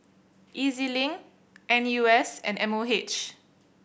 E Z Link N U S and M O H